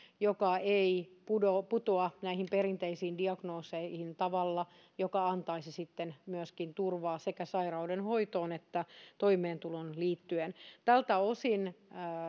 joka ei putoa näihin perinteisiin diagnooseihin tavalla joka antaisi myöskin turvaa sekä sairauden hoitoon että toimeentuloon liittyen tältä osin